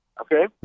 okay